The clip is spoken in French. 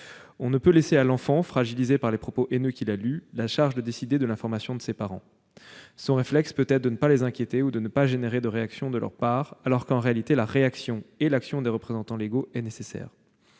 On ne peut laisser à l'enfant fragilisé par les propos haineux qu'il a lus la charge de décider de l'information de ses parents. Son réflexe peut être de ne pas les inquiéter ou de ne pas susciter de réaction de leur part, alors que, en réalité, la réaction et l'action des représentants légaux sont nécessaires.